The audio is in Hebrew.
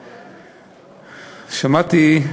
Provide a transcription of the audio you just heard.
שמעתי.